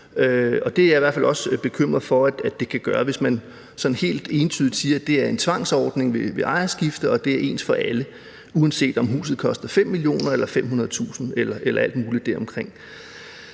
for at det kan gøre, hvis man sådan helt entydigt siger, at det er en tvangsordning ved ejerskifte, og at det er ens for alle, uanset om huset koster 5 mio. kr. eller 500.000 kr. eller alt muligt deromkring.